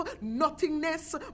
nothingness